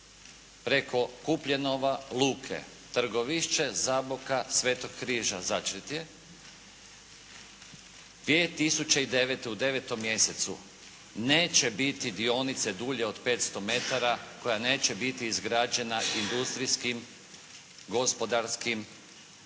preko Kupljenova, Luke, Trgovišće, Zaboka, Svetog Križa Začretje 2009. u 9. mjesecu neće biti dionice dulje od 500 m koja neće biti izgrađena industrijskim, gospodarskim, skladišnim